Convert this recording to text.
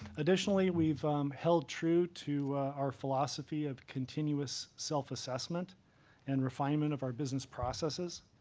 additionally, we've held true to our philosophy of continuous self-assessment and refinement of our business processes.